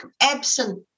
absent